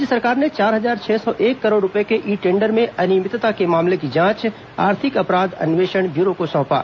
राज्य सरकार ने चार हजार छह सौ एक करोड़ रूपये के ई टेंडर में अनियमितता के मामले की जांच आर्थिक अपराध अन्वेषण ब्यूरो को सौंपा